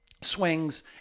swings